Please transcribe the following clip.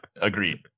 agreed